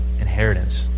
inheritance